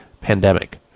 pandemic